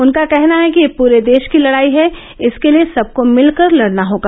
उनका कहना है कि यह पुरे देश की लडाई है इसके लिए सबको मिलकर लड़ना होगा